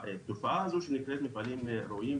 התופעה הזו שנקראת מפעלים ראויים,